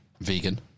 vegan